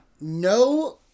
No